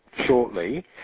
shortly